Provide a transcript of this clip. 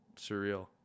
surreal